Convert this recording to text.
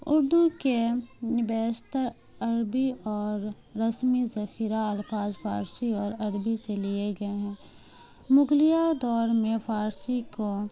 اردو کے بیشتر عربی اور رسمی ذخیرہ الفاظ فارسی اور عربی سے لیے گئے ہیں مغلیہ دور میں فارسی کو